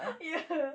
ye